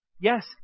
Yes